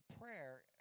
prayer